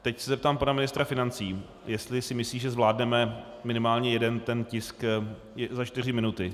Teď se zeptám pana ministra financí, jestli si myslí, že zvládneme minimálně jeden ten tisk za čtyři minuty.